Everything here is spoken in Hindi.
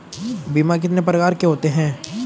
बीमा कितने प्रकार के होते हैं?